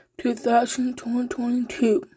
2022